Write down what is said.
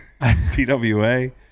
PWA